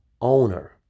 owner